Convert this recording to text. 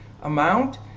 amount